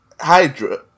Hydra